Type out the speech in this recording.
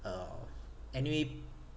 uh anyway